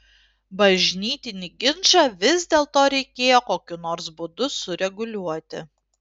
bažnytinį ginčą vis dėlto reikėjo kokiu nors būdu sureguliuoti